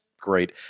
great